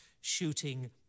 shooting